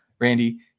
Randy